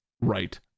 right